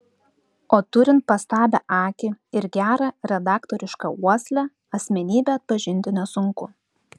o turint pastabią akį ir gerą redaktorišką uoslę asmenybę atpažinti nesunku